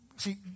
See